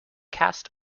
cast